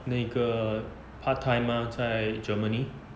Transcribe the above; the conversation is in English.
那个 part timer 在 germany